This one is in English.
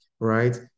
right